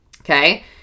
okay